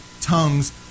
tongues